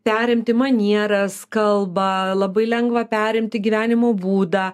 perimti manieras kalbą labai lengva perimti gyvenimo būdą